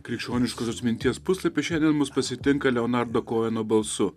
krikščioniškosios minties puslapis šiandien mus pasitinka leonardo koeno balsu